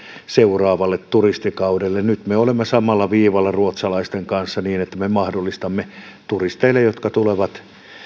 seuraavalle turistikaudelle nyt me olemme samalla viivalla ruotsalaisten kanssa niin että me mahdollistamme turisteille jotka tulevat